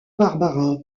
barbara